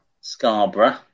Scarborough